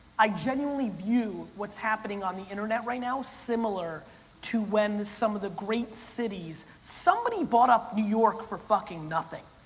i genuinely view what's happening on the internet right now similar to when some of the great cities, somebody bought up new york for fucking nothing.